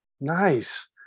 Nice